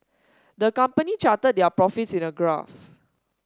the company charted their profits in a graph